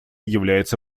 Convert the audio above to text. является